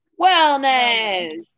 Wellness